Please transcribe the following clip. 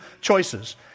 choices